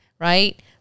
right